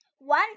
one